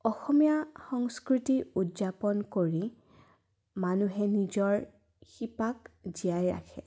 অসমীয়া সংস্কৃতি উদযাপন কৰি মানুহে নিজৰ শিপাক জীয়াই ৰাখে